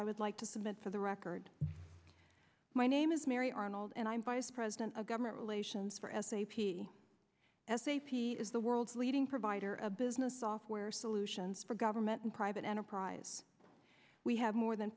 i would like to submit for the record my name is mary arnold and i'm vice president of government relations for s a p s a p is the world's leading provider of business software solutions for government and private enterprise we have more than